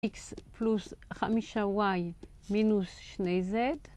x פלוס חמישה y מינוס שני z.